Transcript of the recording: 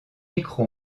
micro